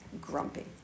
Grumpy